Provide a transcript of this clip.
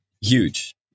huge